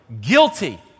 Guilty